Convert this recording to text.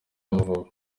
y’amavubi